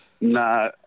No